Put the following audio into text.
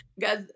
guys